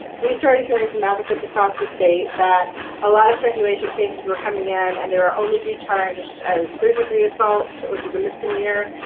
we started hearing from advocates across the state that a lot of strangulation cases were coming in, and they will only be charged as third-degree assault, which is a misdemeanor,